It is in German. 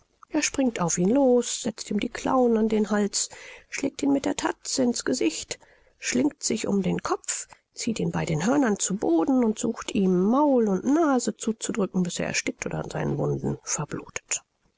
er springt auf ihn los setzt ihm die klauen an den hals schlägt ihn mit der tatze in's gesicht schlingt sich um den kopf zieht ihn bei den hörnern zu boden und sucht ihm maul und nase zuzudrücken bis er erstickt oder an seinen wunden verblutet